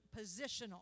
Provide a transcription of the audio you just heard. positional